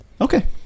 Okay